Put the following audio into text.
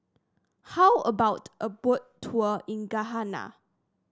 how about a Boat Tour in Ghana